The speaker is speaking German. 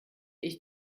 ich